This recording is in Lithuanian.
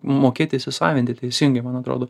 mokėti įsisavinti ir teisingai man atrodo